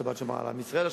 השבת שמרה על עם ישראל.